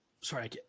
sorry